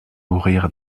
mourir